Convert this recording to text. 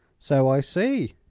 so i see.